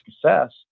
success